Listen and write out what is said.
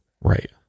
Right